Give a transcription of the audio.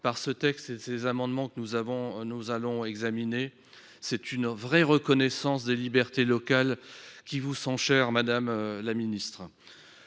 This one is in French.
Ce texte et les amendements que nous allons examiner constituent une véritable reconnaissance des libertés locales qui vous sont chères, madame la ministre.